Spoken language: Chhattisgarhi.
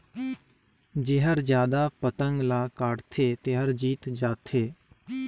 जेहर जादा पतंग ल काटथे तेहर जीत जाथे